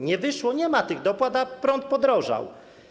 Nie wyszło, nie ma tych dopłat, a prąd podrożał.